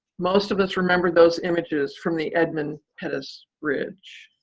most of us remember those images from the edmund pettus bridge.